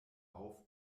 auf